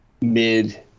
mid